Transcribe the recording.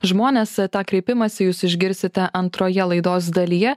žmones tą kreipimąsi jūs išgirsite antroje laidos dalyje